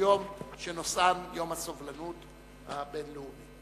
לסדר-היום שנושאן: יום הסובלנות הבין-לאומי.